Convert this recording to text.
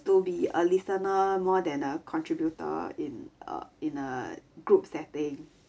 to be a listener more than a contributor in a in a group setting